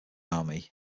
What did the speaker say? army